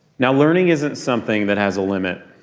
now learning isn't something that has a limit.